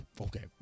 Okay